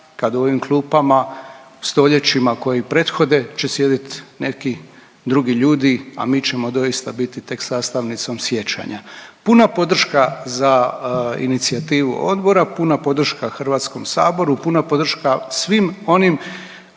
kad u ovim klupama stoljećima koji prethode će sjedit neki drugi ljudi, a mi ćemo doista biti tek sastavnicom sjećanja. Puna podrška za inicijativu odbora, puna podrška HS-u, puna podrška svim onim